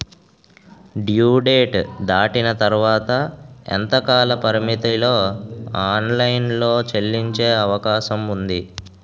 Due date దాటిన తర్వాత ఎంత కాలపరిమితిలో ఆన్ లైన్ లో చెల్లించే అవకాశం వుంది?